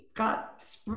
got